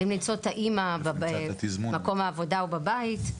יודעים מצוא את האמא במקום העבודה או בבית,